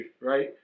right